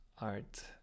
art